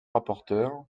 rapporteur